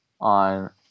on